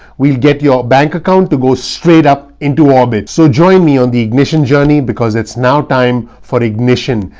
we'll get your bank account to go straight up into orbit. so join me on the ignition journey because it's now time for ignition.